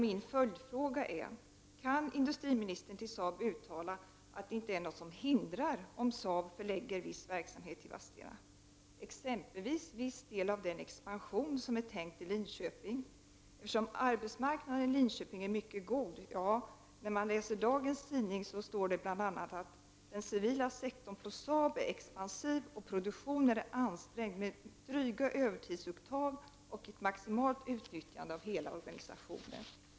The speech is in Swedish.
Min följdfråga är: Kan industriministern till Saab uttala att det inte finns något som hindrar att Saab förlägger viss del av sin verksamhet till Vadstena, exempelvis viss del av den expansion som är tänkt i Linköping, eftersom arbetsmarknaden i Linköping är mycket god. I dagens tidningar kan man läsa att den civila sektorn vid Saab är expansiv och produktionen ansträngd med dryga övertidsuttag samt ett maximalt utnyttjande av hela organisationen.